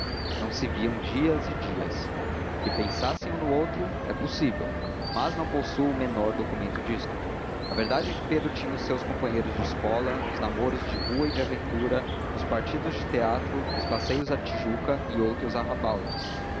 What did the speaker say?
não se viam dias e dias que pensassem um no outro é possível mas não possuo o menor documento disto a verdade é que pedro tinha os seus companheiros de escola os namoros de rua e de aventura os partidos de teatro os passeios à tijuca e outros arrabaldes ao